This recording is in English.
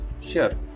share